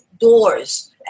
doors